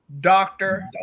doctor